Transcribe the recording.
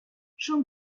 schon